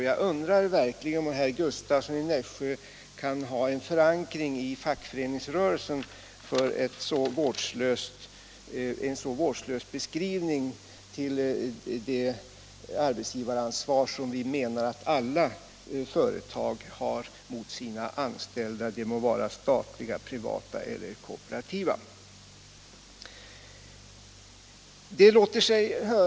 Jag undrar verkligen om herr Gustavsson har förankring i fackföreningsrörelsen för en sådan vårdslös beskrivning av det arbetsgivaransvar som vi menar att alla företag, de må vara statliga, privata eller kooperativa, har mot sina anställda.